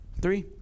Three